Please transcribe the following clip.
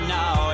now